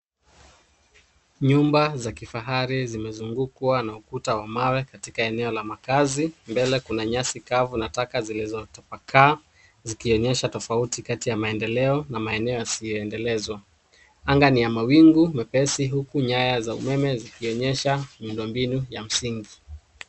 Nyumba za kifahari zimezungukwa na ukuta wa mawe katika eneo la makaazi. Mbele kuna nyasi kavu na taka zilizotapakaa zikionyesha tofauti kati ya maendeleo na maeneo yasiyoendelezwa. Anga ni ya mawingu mepesi huku nyaya za umeme zikionyesha miundombinu ya msingi.